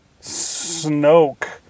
Snoke